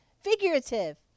figurative